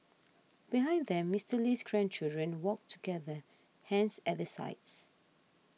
behind them Mister Lee's grandchildren walked together hands at their sides